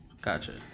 Gotcha